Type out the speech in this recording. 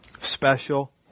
special